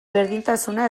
berdintasuna